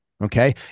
Okay